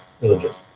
religious